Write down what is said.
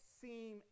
seem